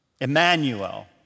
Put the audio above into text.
Emmanuel